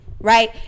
right